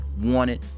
wanted